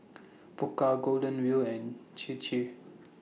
Pokka Golden Wheel and Chir Chir